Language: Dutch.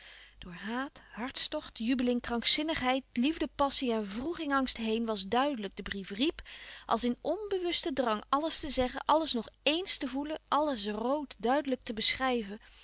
door haat hartstocht jubeling krankzinnigheid liefdepassie en wroeging angst heen was duidelijk de brief riep als in onbewusten drang alles te zeggen alles nog ééns te voelen alles rood duidelijk te beschrijven